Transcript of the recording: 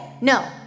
No